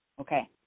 Okay